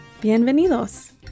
Bienvenidos